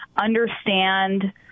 understand